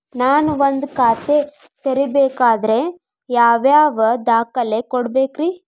ನಾನ ಒಂದ್ ಖಾತೆ ತೆರಿಬೇಕಾದ್ರೆ ಯಾವ್ಯಾವ ದಾಖಲೆ ಕೊಡ್ಬೇಕ್ರಿ?